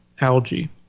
algae